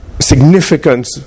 significance